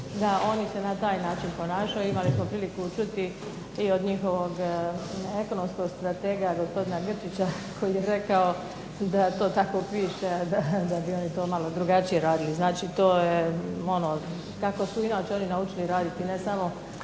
da oni se na taj način ponašaju. Imali smo priliku čuti i od njihovog ekonomskog stratega gospodina Grčića koji je rekao da to tako piše, ali da bi oni to malo drugačije radili. Znači, to je ono kako su inače oni naučili raditi. Ne samo